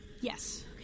Yes